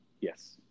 Yes